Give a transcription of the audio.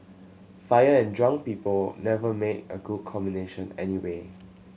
fire and drunk people never make a good combination anyway